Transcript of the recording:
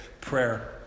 prayer